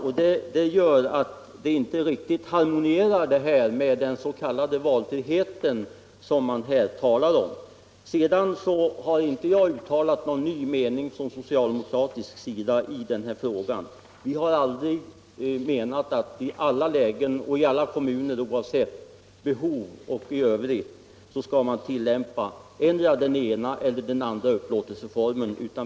Detta harmoniserar inte riktigt med den s.k. valfrihet som det här talas om. Sedan har jag inte uttalat någon ny mening från socialdemokratisk sida i denna fråga. Vi har aldrig menat att man i alla lägen och i alla kommuner, oavsett behov och förhållanden i övrigt, skall tillämpa endera den ena eller den andra upplåtelseformen.